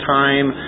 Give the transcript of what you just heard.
time